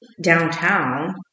downtown